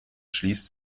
schließt